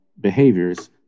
behaviors